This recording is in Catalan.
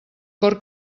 cor